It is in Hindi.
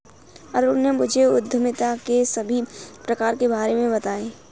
अरुण ने मुझे उद्यमिता के सभी प्रकारों के बारे में बताएं